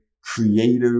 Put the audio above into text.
creative